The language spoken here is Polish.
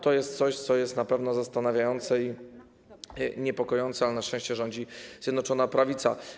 To jest coś, co na pewno jest zastanawiające i niepokojące, ale na szczęście rządzi Zjednoczona Prawica.